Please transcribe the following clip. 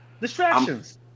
Distractions